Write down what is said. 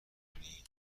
کنی